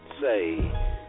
Say